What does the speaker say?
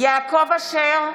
אשר,